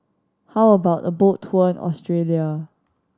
how about a boat tour in Australia